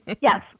yes